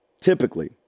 typically